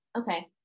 Okay